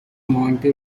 monty